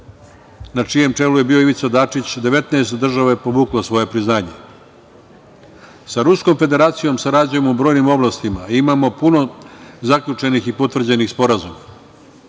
na čijem čelu je bio Ivica Dačić, 19 država je povuklo svoje priznanje. Sa Ruskom Federacijom sarađujemo u brojnim oblastima. Imamo puno zaključenih i potvrđenih sporazuma.